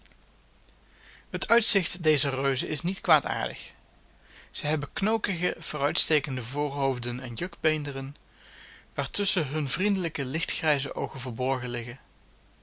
het uitzicht dezer reuzen is niet kwaadaardig zij hebben knokige vooruitstekende voorhoofden en jukbeenderen waartusschen hunne vriendelijke lichtgrijze oogen verborgen liggen